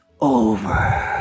over